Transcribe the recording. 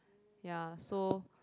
ya so